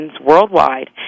worldwide